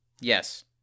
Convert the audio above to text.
Yes